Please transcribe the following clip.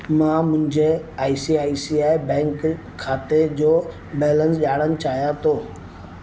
मां मुंहिंजे आई सी आई सी आई बैंक खाते जो बैलेंस ॼाणणु चाहियां थो